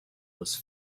was